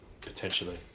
potentially